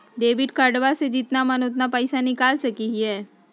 Debit कार्डबा से जितना मन उतना पेसबा निकाल सकी हय?